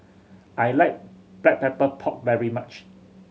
I like Black Pepper Pork very much